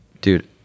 Dude